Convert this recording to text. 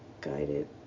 Guided